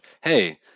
hey